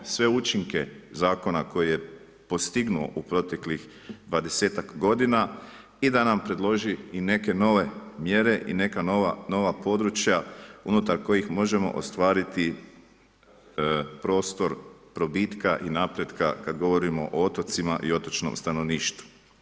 Sve učinke zakona koje je postignuo u proteklih dvadesetak godina i da nam predloži i neke nove mjere i neka nova područja unutar kojeg možemo ostvariti prostor probitka i napretka kad govorimo o otocima i otočnom stanovništvu.